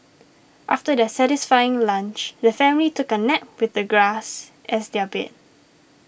after their satisfying lunch the family took a nap with the grass as their bed